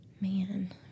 Man